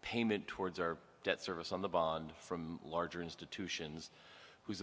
payment towards our debt service on the bond from larger institutions who